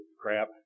crap